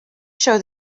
show